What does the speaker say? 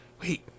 Wait